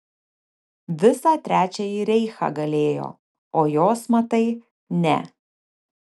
visą trečiąjį reichą galėjo o jos matai ne